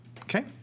okay